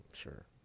Sure